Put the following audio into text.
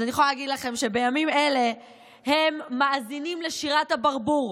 אז אני יכולה להגיד לכם שבימים אלה הם מאזינים לשירת הברבור.